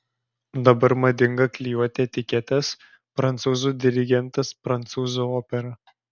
dabar madinga klijuoti etiketes prancūzų dirigentas prancūzų opera